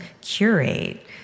curate